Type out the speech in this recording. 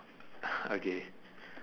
okay